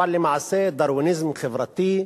אבל למעשה דרוויניזם חברתי,